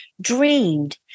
dreamed